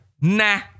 nah